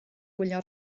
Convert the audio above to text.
gwylio